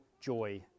joy